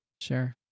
Sure